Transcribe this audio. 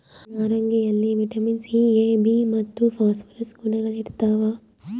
ನಾರಂಗಿಯಲ್ಲಿ vitamin C A B ಮತ್ತು phosphorus ಗುಣಗಳಿರ್ತಾವ